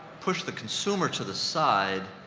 push the consumer to the side,